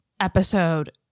episode